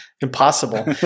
impossible